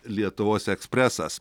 lietuvos ekspresas